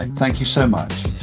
thank you so much